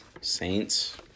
Saints